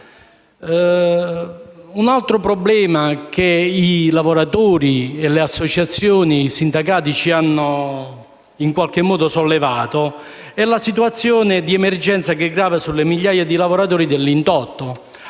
Un altro problema che i lavoratori, le associazioni e i sindacati hanno sollevato riguarda, la situazione di emergenza che grava sulle migliaia di lavoratori dell'indotto,